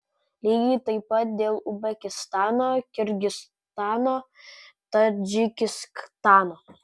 lygiai taip pat dėl uzbekistano kirgizstano ir tadžikistano